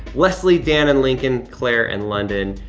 leslie, dan, and lincoln, claire, and london,